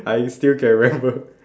I still can remember